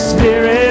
Spirit